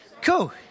Cool